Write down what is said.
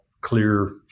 clear